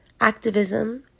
activism